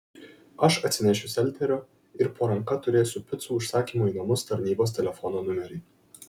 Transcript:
aš atsinešiu selterio ir po ranka turėsiu picų užsakymų į namus tarnybos telefono numerį